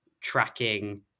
tracking